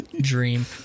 dream